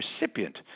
recipient